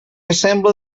assembla